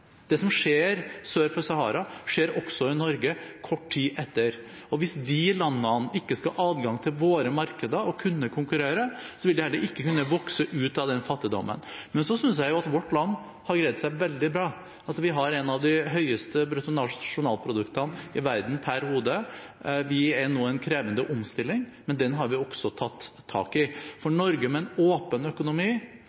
det som skjer sør for Sahara, skjer også i Norge kort tid etter. Og hvis de landene ikke skal ha adgang til våre markeder og kunne konkurrere, vil de heller ikke kunne vokse ut av fattigdommen. Så synes jeg at vårt land har greid seg veldig bra. Vi har et av de høyeste bruttonasjonalproduktene i verden per hode. Vi er nå i en krevende omstilling, men den har vi også tatt tak i. For